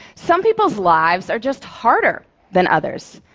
some people's lives are just harder than others.